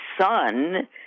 son